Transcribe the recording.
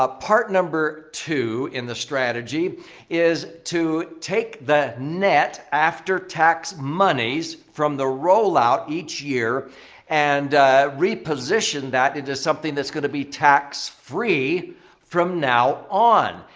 ah part number two in the strategy is to take the net after-tax monies from the rollout each year and reposition that into something that's going to be tax-free from now on.